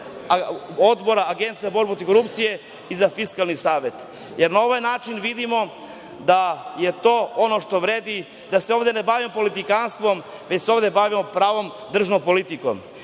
Odbora Agencije za borbu protiv korupcije i za Fiskalni savet. Na ovaj način vidimo da je to ono što vredi, da se ovde ne bavimo politikanstvom, već se ovde bavimo pravom državnom politikom. Još